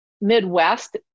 Midwest